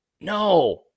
No